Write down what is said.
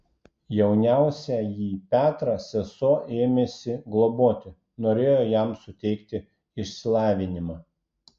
jauniausiąjį petrą sesuo ėmėsi globoti norėjo jam suteikti išsilavinimą